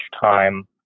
time